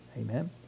Amen